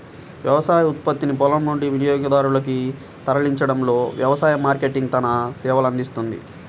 వ్యవసాయ ఉత్పత్తిని పొలం నుండి వినియోగదారునికి తరలించడంలో వ్యవసాయ మార్కెటింగ్ తన సేవలనందిస్తుంది